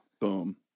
Boom